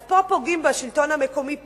אז פה פוגעים בשלטון המקומי פעמיים: